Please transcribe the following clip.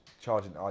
charging